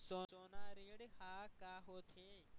सोना ऋण हा का होते?